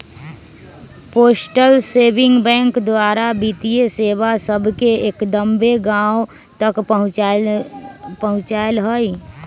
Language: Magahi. पोस्टल सेविंग बैंक द्वारा वित्तीय सेवा सभके एक्दम्मे गाँव तक पहुंचायल हइ